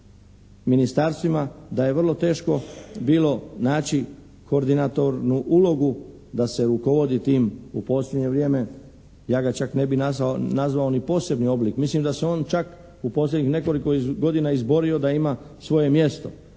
ministarstvima da je vrlo teško bilo naći koordinatornu ulogu da se rukovodi tim, u posljednje vrijeme, ja ga čak ne bih nazvao ni posebni oblik. Mislim da se on čak u posljednjih nekoliko godina izborio da ima svoje mjesto